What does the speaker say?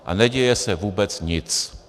A neděje se vůbec nic.